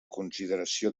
consideració